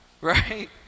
right